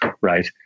Right